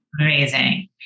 Amazing